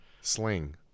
sling